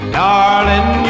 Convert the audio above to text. darling